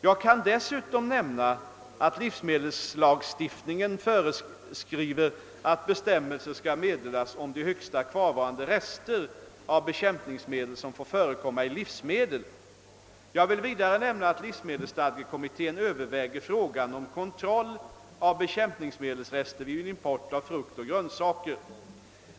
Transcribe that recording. Jag kan dessutom nämna att livsmedelslagstiftningen föreskriver att bestämmelser skall meddelas om de högsta kvarvarande rester av bekämpningsmedel som får förekomma i livsmedel. Jag vill vidare nämna att livsmedelsstadgekommittén överväger frågan om kontroll av bekämpningsmedelsrester vid import av frukt och grönsaker.